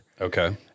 Okay